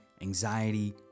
anxiety